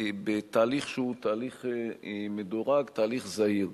בתהליך שהוא תהליך מדורג, תהליך זהיר.